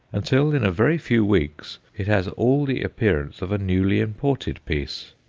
until in a very few weeks it has all the appearance of a newly-imported piece.